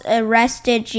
arrested